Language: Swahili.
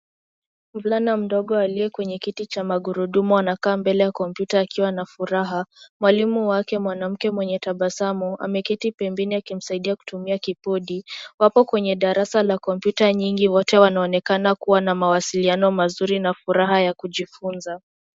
Mvulana mdogoa aliye kwenye kiti cha magurudumu, anakaa mbele ya kompyuta akiwa na furaha. Mwalimu wake mwanamke mwenye tabasamu, ameketi pembeni akimsaidia kutumia kibodi, hapo kwenye darasa la kompyuta nyingi, wote wanaonekana kuwa na mawasiliano mazuri na furaha ya kujifunza.